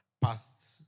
past